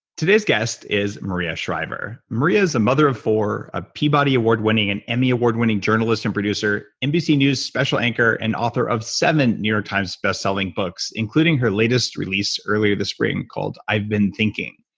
today's guest is maria shriver. maria is mother of four, a peabody award-winning and emmy award-winning journalist and producer, nbc news special anchor and author of seven new york times bestselling books, including her latest release earlier this spring called i've been thinking.